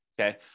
okay